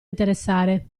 interessare